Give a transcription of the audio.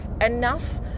Enough